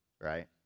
right